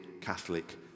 Catholic